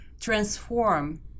transform